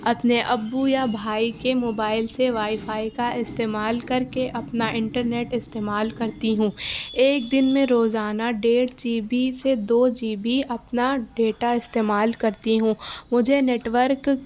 اپنے ابو یا بھائی کے موبائل سے وائی فائی کا استعمال کر کے اپنا انٹرنیٹ استعمال کرتی ہوں ایک دن میں روزانہ ڈیڑھ جی بی سے دو جی بی اپنا ڈیٹا استعمال کرتی ہوں مجھے نیٹورک